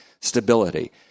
stability